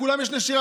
לכולם יש נשירה.